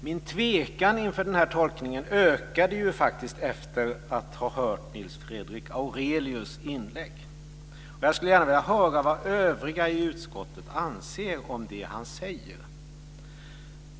Min tvekan inför denna tolkning ökade faktiskt efter det att jag hade hört Nils Fredrik Aurelius inlägg. Jag skulle gärna vilja höra vad övriga i utskottet anser om det som han säger.